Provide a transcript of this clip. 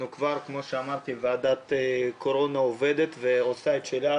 כמו שאמרתי, ועדת קורונה עובדת ועושה את שלה.